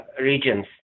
regions